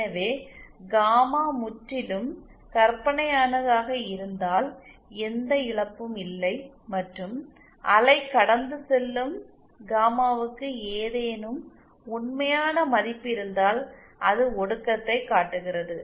எனவே காமா முற்றிலும் கற்பனையானதாக இருந்தால் எந்த இழப்பும் இல்லை மற்றும் அலை கடந்து செல்லும் காமாவுக்கு ஏதேனும் உண்மையான மதிப்பு இருந்தால் அது ஒடுக்கத்தை காட்டுகிறது